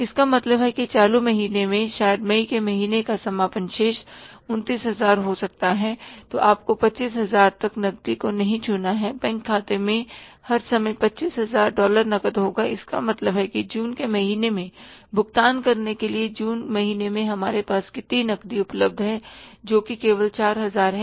इसका मतलब है कि चालू महीने में शायद मई के महीने का समापन शेष 29000 हो सकता है तो आपको पच्चीस हजार तक नकदी को नहीं छूना है बैंक खाते में हर समय 25000 डॉलर नकद होगा इसका मतलब है जून के महीने में भुगतान करने के लिए जून महीने में हमारे पास कितनी नकदी उपलब्ध है जो कि केवल 4000 है